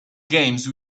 games